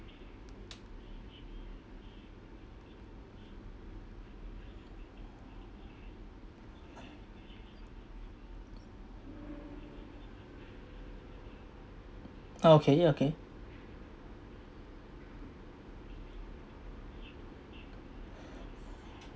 okay yeah okay